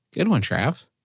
good one, trav.